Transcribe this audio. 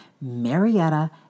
Marietta